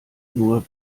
nur